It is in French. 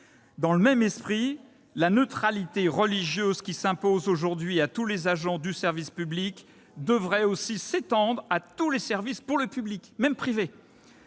Dans le même esprit, la neutralité religieuse qui s'impose aujourd'hui à tous les agents du service public devrait aussi s'étendre à tous les services pour le public, même privés.